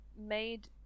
made